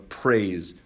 praise